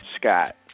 Scott